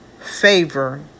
favor